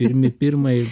ir ne pirmai